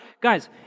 Guys